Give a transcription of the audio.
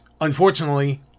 unfortunately